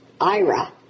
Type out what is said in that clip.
IRA